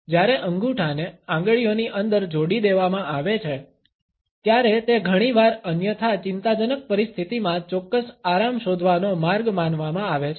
જ્યારે અંગૂઠાને આંગળીઓની અંદર જોડી દેવામાં આવે છે ત્યારે તે ઘણીવાર અન્યથા ચિંતાજનક પરિસ્થિતિમાં ચોક્કસ આરામ શોધવાનો માર્ગ માનવામાં આવે છે